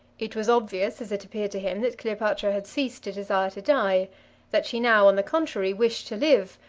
it was obvious, as it appeared to him, that cleopatra had ceased to desire to die that she now, on the contrary, wished to live,